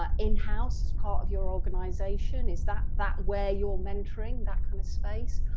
ah in house as part of your organisation? is that that where you're mentoring that kind of space?